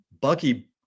Bucky